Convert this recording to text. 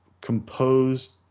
composed